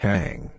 Hang